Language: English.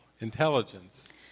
intelligence